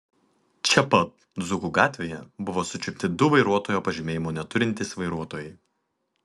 čia pat dzūkų gatvėje buvo sučiupti du vairuotojo pažymėjimo neturintys vairuotojai